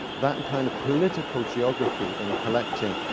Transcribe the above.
that kind of political geography in collecting,